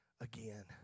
again